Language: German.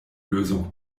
lösung